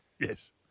Yes